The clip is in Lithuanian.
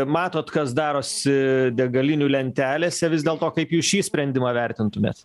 matot kas darosi degalinių lentelėse vis dėlto kaip jūs šį sprendimą vertintumėt